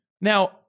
Now